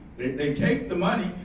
they take the money.